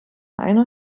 einer